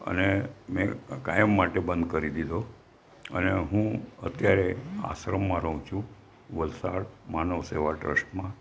અને મેં કાયમ માટે બંધ કરી દીધો અને હું અત્યારે આશ્રમમાં રહું છું વલસાડ માનવ સેવા ટ્રસ્ટમાં